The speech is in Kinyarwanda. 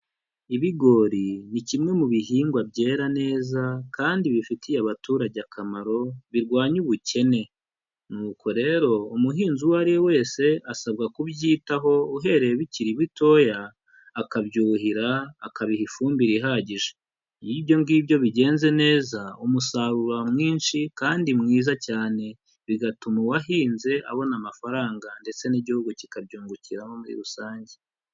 Ibigori ni kimwe mu bihingwa byera neza kandi bifitiye abaturage akamaro, birwanya ubukene, nuko rero umuhinzi uwo ari we wese asabwa kubyitaho uhereye bikiri bitoya, akabyuhira, akabiha ifumbire ihagije, iyo ibyo ngibyo bigenze neza umusaruro uba mwinshi kandi mwiza cyane, bigatuma uwahinze abona amafaranga ndetse n'igihugu kikabyungukiramo muri rusange.